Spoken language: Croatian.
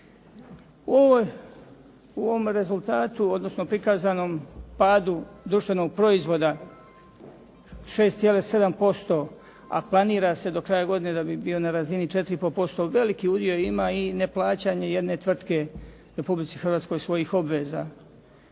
U ovome rezultatu, odnosno prikazanom padu društvenog proizvoda 6,7%, a planira se do kraja godine da bi bio na razini 4,5% veliki udio ima i neplaćanje jedne tvrtke Republici Hrvatskoj svojih obveza